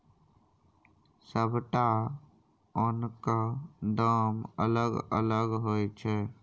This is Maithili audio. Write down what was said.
सबटा ओनक दाम अलग अलग होइ छै